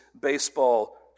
baseball